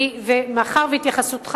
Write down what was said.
מאחר שהתייחסותך